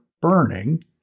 burning